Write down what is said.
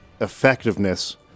effectiveness